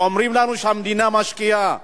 אומרים לנו שהמדינה משקיעה.